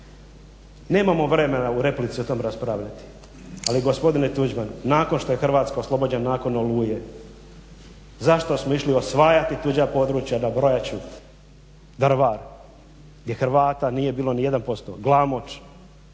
nemamo vremena u replici o tome raspravljati, ali gospodine Tuđman nakon što je Hrvatska oslobođena, nakon Oluje, zašto smo išli u osvajati tuđa područja, nabrojat ću: Drvar gdje Hrvata nije bilo ni 1%, Glamoč,